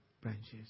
branches